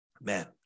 Man